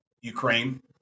Ukraine